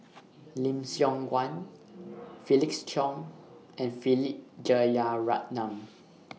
Lim Siong Guan Felix Cheong and Philip Jeyaretnam